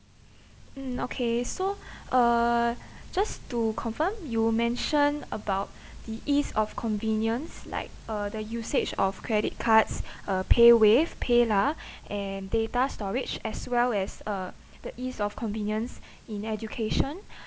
mm okay so uh just to confirm you mention about the ease of convenience like uh the usage of credit cards uh paywave paylah and data storage as well as uh the ease of convenience in education